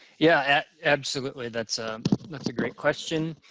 yeah, absolutely. that's that's a great question.